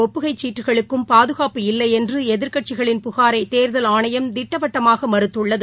ஒப்புகைச் சீட்டுகளுக்கும் பாதுகாப்பு இல்லை என்ற எதிர்க்கட்சிகளின் புகாரை தேர்தல் ஆணையம் திட்டவட்டமாக மறுத்துள்ளது